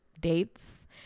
dates